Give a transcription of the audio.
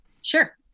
Sure